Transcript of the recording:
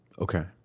Okay